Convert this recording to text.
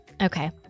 Okay